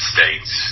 States